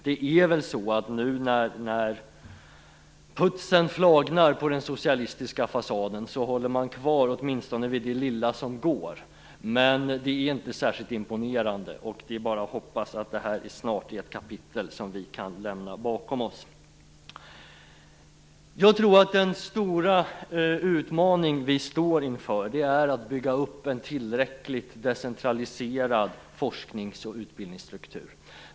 Det är nog så att man nu, när putsen flagnar på den socialistiska fasaden, håller fast vid det lilla som går. Det är inte särskilt imponerande. Det är bara att hoppas att det snart är ett kapitel som vi kan lämna bakom oss. Jag tror att den stora utmaning som vi står inför är detta med att bygga upp en tillräckligt decentraliserad forsknings och utbildningsstruktur.